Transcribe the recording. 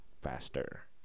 faster